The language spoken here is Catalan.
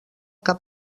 cap